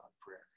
prayer